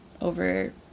over